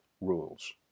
rules